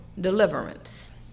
deliverance